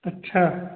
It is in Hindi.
अच्छा